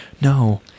No